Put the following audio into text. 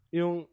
yung